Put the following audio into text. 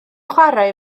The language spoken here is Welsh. chwarae